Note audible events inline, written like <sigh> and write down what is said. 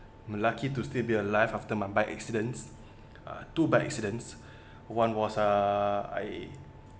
I'm lucky to still be alive after my bike accidents uh two bike accidents <breath> one was uh I